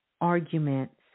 arguments